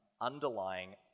underlying